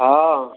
हाँ